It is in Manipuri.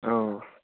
ꯑꯧ